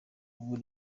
ubu